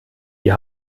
die